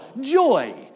joy